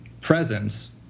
presence